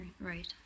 Right